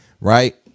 right